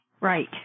Right